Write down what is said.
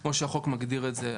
כמו שהחוק מגדיר אותה.